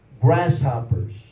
grasshoppers